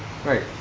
right